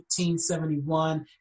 1871